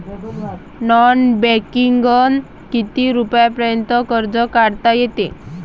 Non बँकिंगनं किती रुपयापर्यंत कर्ज काढता येते?